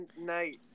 night